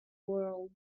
world